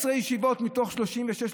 18 ישיבות מתוך 36,